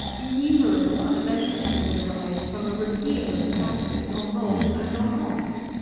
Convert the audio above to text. innumerable are the benefits that would arise from a repeal of the taxes on malt and on hops.